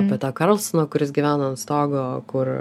apie tą karlsoną kuris gyvena ant stogo kur